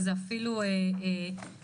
וזה אפילו פוגע.